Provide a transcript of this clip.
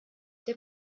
der